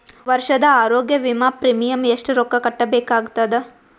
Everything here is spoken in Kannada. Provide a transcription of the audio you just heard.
ವರ್ಷದ ಆರೋಗ್ಯ ವಿಮಾ ಪ್ರೀಮಿಯಂ ಎಷ್ಟ ರೊಕ್ಕ ಕಟ್ಟಬೇಕಾಗತದ?